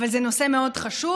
אבל זה נושא מאוד חשוב.